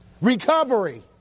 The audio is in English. recovery